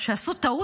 אז קודם כול,